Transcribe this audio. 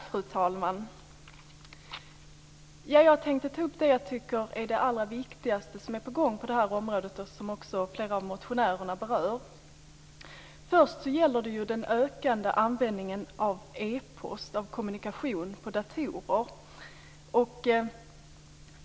Fru talman! Jag tänker ta upp det som jag tycker är det allra viktigaste av det som är på gång på det här området och som också flera av motionärerna berör. Först gäller det den ökande användningen av epost och kommunikation på datorer.